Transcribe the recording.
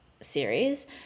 series